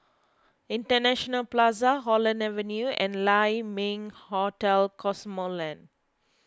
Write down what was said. International Plaza Holland Avenue and Lai Ming Hotel Cosmoland